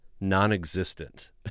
non-existent